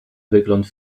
wygląd